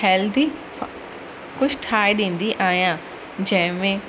healthy कुझु ठाहे ॾींदी आहियां जंहिं में